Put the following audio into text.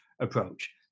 approach